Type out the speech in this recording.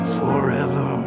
forever